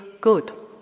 good